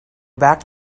back